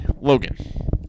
Logan